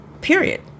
period